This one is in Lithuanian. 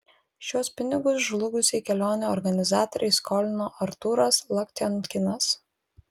šiuos pinigus žlugusiai kelionių organizatorei skolino artūras laktionkinas